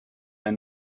ein